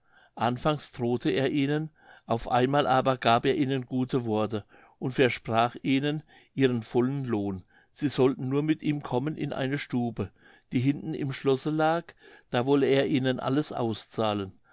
anfangs drohete er ihnen auf einmal aber gab er ihnen gute worte und versprach ihnen ihren vollen lohn sie sollten nur mit ihm kommen in eine stube die hinten im schlosse lag da wolle er ihnen alles auszahlen